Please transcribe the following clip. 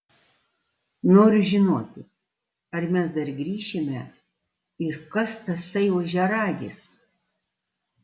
noriu žinoti ar mes dar grįšime ir kas tasai ožiaragis